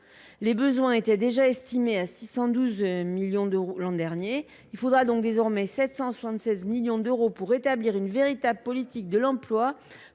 Les besoins étaient déjà estimés à 612 millions d’euros l’an dernier, il faudra donc désormais 776 millions pour rétablir une véritable politique de l’emploi